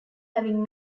having